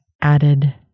added